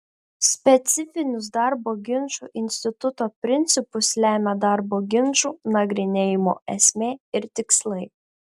specifinius darbo ginčų instituto principus lemia darbo ginčų nagrinėjimo esmė ir tikslai